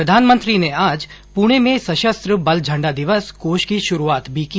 प्रधानमंत्री ने आज पुणे में सशस्त्र बल झंडा दिवस कोष की शुरूआत भी की